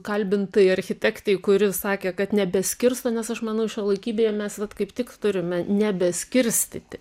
kalbintai architektei kuri sakė kad nebeskirsto nes aš manau šiuolaikybėje mes vat kaip tik turime nebeskirstyti